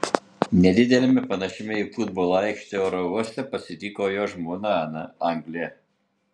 nedideliame panašiame į futbolo aikštę oro uoste pasitiko jo žmona ana anglė